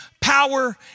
power